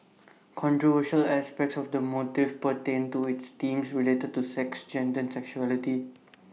controversial aspects of the motive pertained to its themes related to sex gender sexuality